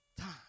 time